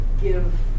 give